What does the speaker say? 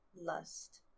lust